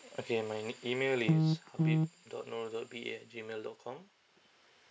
okay my nic~ email is habib dot noor dot B A at G mail dot com